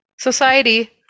society